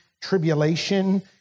tribulation